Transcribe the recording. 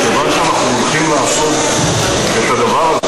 מכיוון שאנחנו הולכים לעשות את הדבר,